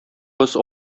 кыз